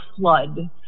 flood